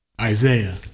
Isaiah